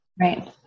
Right